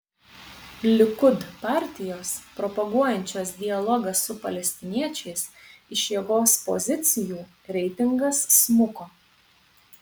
likud partijos propaguojančios dialogą su palestiniečiais iš jėgos pozicijų reitingas smuko